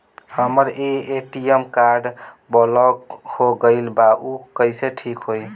हमर ATM card block हो गईल बा ऊ कईसे ठिक होई?